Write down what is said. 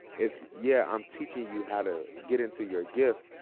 it's, yeah, i'm teaching you how to get into your gift,